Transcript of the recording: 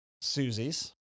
Susie's